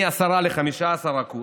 מ-10% ל-15%